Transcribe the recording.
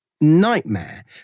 nightmare